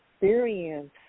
experience